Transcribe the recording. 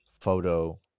photo